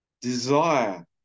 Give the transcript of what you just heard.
desire